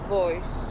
voice